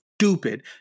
stupid